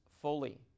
fully